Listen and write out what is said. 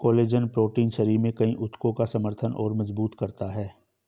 collagen protein शरीर में कई ऊतकों का समर्थन और मजबूत करता है